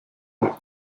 for